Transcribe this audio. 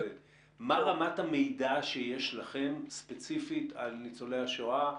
מה רמת המידע שיש לכם ספציפית על ניצולי השואה?